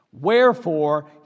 wherefore